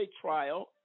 trial